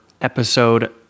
episode